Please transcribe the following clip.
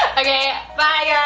okay bye ah